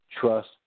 trust